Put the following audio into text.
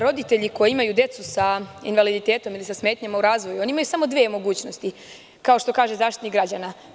Roditelji koji imaju decu invaliditetom ili sa smetnjama u razvoju imaju samo dve mogućnosti, kao što kaže Zaštitnik građana.